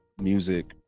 music